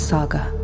Saga